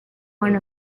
one